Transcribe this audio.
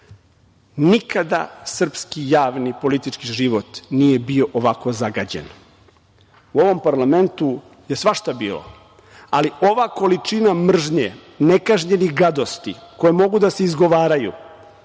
Nikada srpski javni, politički život nije bio ovako zagađen. U ovom parlamentu je svašta bilo, ali ova količina mržnje, nekažnjenih gadosti koje mogu da se izgovaraju